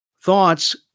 thoughts